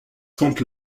compte